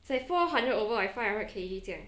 is like four hundred over like five hundred K_G 这样